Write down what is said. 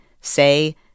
say